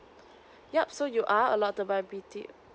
yup so you are allowed to buy B_T